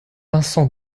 vincent